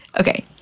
okay